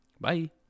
Bye